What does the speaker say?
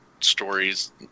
stories